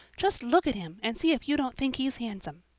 just look at him and see if you don't think he's handsome.